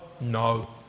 No